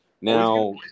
now